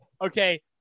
okay